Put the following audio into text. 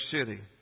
City